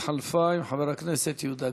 שהתחלפה עם חבר הכנסת יהודה גליק.